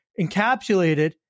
encapsulated